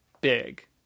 big